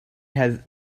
had